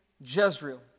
Jezreel